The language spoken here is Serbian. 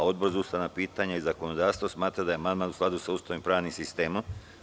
Odbor za ustavna pitanja i zakonodavstvo smatra da je amandman u skladu sa Ustavom i pravnim sistemom.